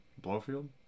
Blowfield